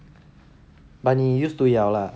but 你 used to it 了 lah